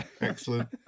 Excellent